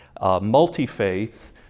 multi-faith